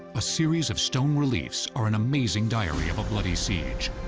a series of stone reliefs are an amazing diary of a bloody siege.